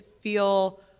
feel